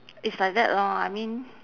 it's like that lor I mean